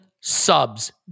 subs